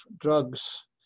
drugs